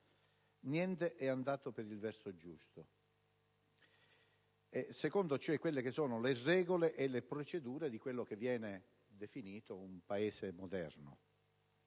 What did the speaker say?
niente è andato per il verso giusto secondo le regole e le procedure di quello che viene definito un Paese moderno.